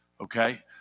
Okay